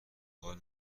حال